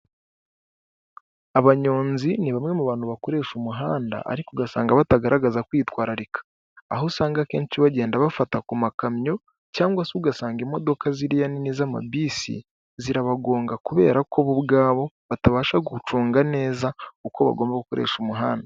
Abanyonzi ni bamwe mu bantu bakoresha umuhanda ariko ugasanga batagaragaza kwitwararika, aho usanga akenshi bagenda bafata ku makamyo cyangwa se ugasanga imodoka ziriya nini z'amabisi zirabagonga kubera ko bo ubwabo batabasha gucunga neza uko bagomba gukoresha umuhanda.